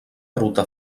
ruta